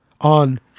on